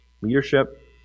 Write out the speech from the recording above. leadership